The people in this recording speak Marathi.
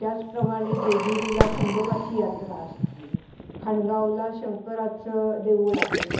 त्याचप्रमाणे जेजुरीला खंडोबाची यात्रा असते खाणगावला शंकराचं देऊळ आहे